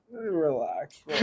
Relax